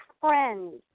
friends